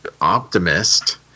optimist